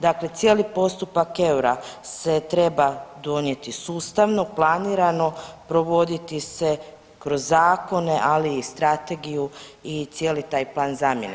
Dakle, cijeli postupak eura se treba donijeti sustavno, planirano, provoditi se kroz zakone, ali i strategiju i cijeli taj plan zamjene.